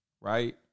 right